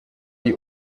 die